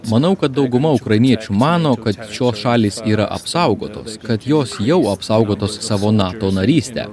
manau kad dauguma ukrainiečių mano kad šios šalys yra apsaugotos kad jos jau apsaugotos savo nato naryste